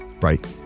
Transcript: Right